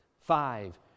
Five